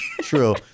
True